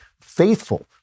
faithful